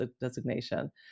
designation